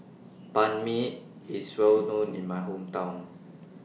Banh MI IS Well known in My Hometown